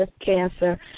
cancer